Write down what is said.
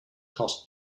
costs